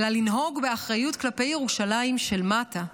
אלא לנהוג באחריות כלפי ירושלים של מטה.